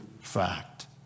fact